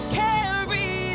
carry